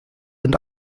and